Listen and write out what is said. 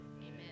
Amen